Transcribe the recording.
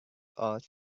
earth